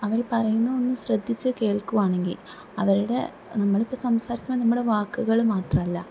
അവര് പറയുന്ന ഒന്ന് ശ്രദ്ധിച്ചു കേള്ക്കുവാണെങ്കിൽ അവരുടെ നമ്മള് ഇപ്പം സംസാരിക്കാന് നമ്മുടെ വാക്കുകള് മാത്രമല്ല